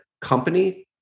company